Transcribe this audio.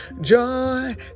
Joy